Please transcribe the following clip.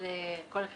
תודה רבה.